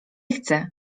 chcę